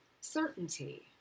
certainty